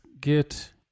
get